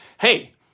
Hey